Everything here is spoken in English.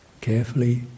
carefully